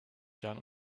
jahren